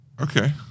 Okay